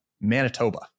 Manitoba